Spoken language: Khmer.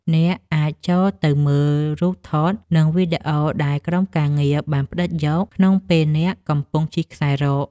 អ្នកអាចចូលទៅមើលរូបថត និងវីដេអូដែលក្រុមការងារបានផ្ដិតយកក្នុងពេលអ្នកកំពុងជិះខ្សែរ៉ក។